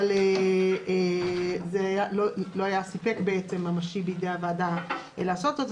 אבל בעצם לא היה סיפק ממשי בידי הוועדה לעשות זאת.